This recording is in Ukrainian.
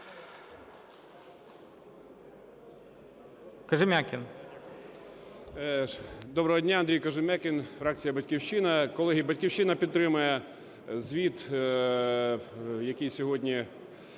Доброго дня. Андрій Кожем'якін, фракція "Батьківщина". Колеги, "Батьківщина" підтримує звіт, який сьогодні